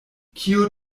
kiu